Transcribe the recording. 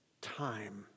time